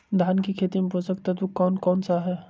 धान की खेती में पोषक तत्व कौन कौन सा है?